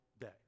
day